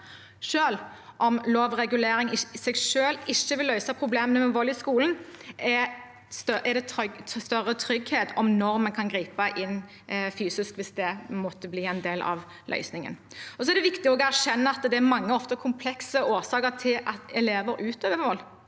Selv om lovregulering i seg selv ikke vil løse problemene med vold i skolen, gir det større trygghet rundt når man kan gripe inn fysisk, hvis det måtte bli en del av løsningen. Det er også viktig å erkjenne at det er mange og ofte komplekse årsaker til at elever utøver vold.